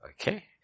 okay